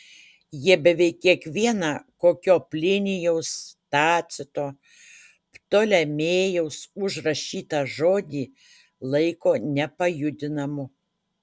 jie beveik kiekvieną kokio plinijaus tacito ptolemėjaus užrašytą žodį laiko nepajudinamu